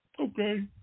okay